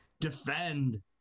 defend